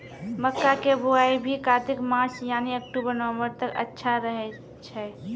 मक्का के बुआई भी कातिक मास यानी अक्टूबर नवंबर तक अच्छा रहय छै